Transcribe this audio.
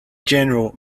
general